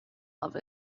love